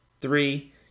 three